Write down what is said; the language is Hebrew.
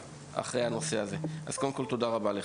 אז תודה רבה לך.